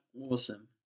awesome